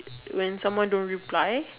when someone don't reply